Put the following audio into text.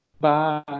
Bye